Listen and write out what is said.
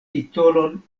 titolon